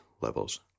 levels